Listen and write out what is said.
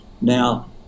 Now